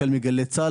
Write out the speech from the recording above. החל מגלי צה"ל,